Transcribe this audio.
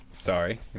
Sorry